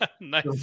Nice